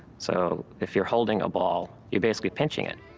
so if you're holding a ball, you're basically pinching it,